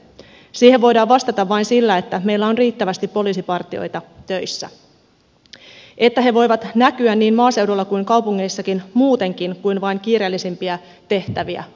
siihen voidaan vastata vain sillä että meillä on riittävästi poliisipartioita töissä että he voivat näkyä niin maaseudulla kuin kaupungeissakin muutenkin kuin vain kiireellisimpiä tehtäviä hoitamassa